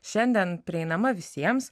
šiandien prieinama visiems